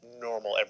normal